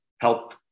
help